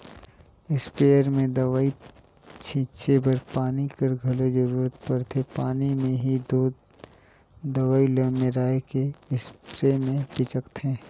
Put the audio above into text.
sprayer में दवई छींचे बर पानी कर घलो जरूरत परथे पानी में ही दो दवई ल मेराए के इस्परे मे छींचथें